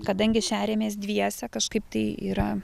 kadangi šeriamės dviese kažkaip tai yra